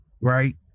right